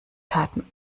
taten